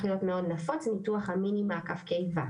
להיות מאוד נפוץ ניתוח ה"מיני מעקף קיבה".